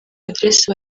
address